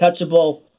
touchable